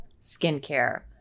skincare